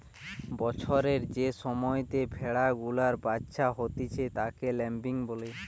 বছরের যে সময়তে ভেড়া গুলার বাচ্চা হতিছে তাকে ল্যাম্বিং বলে